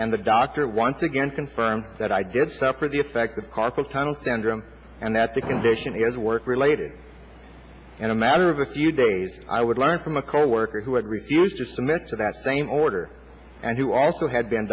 and the doctor once again confirmed that i did suffer the effects of carpal tunnel syndrome and that the condition is work related in a matter of a few days i would learn from a coworker who had refused to submit to that same order and who also had been